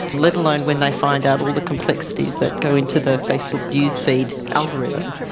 let alone when they find out all the complexities that go into the facebook newsfeed algorithm.